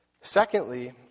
Secondly